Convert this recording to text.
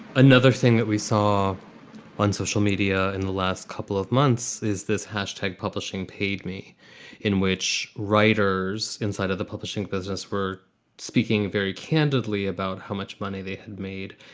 another thing that we saw on social media in the last couple of months is this hashtag publishing paid me in which writers inside of the publishing business were speaking very candidly about how much money they had made.